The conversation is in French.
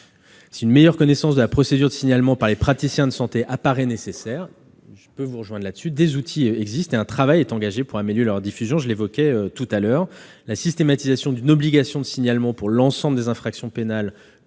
Si une meilleure connaissance de la procédure de signalement par les praticiens de santé apparaît nécessaire, des outils existent et un travail est engagé pour améliorer leur diffusion, je l'évoquais précédemment. La systématisation d'une obligation de signalement pour l'ensemble des infractions pénales